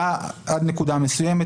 היה עד נקודה מסוימת.